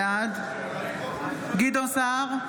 בעד גדעון סער,